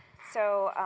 so